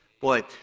Boy